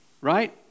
Right